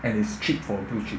and is cheap for too cheap